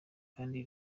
kandi